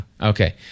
Okay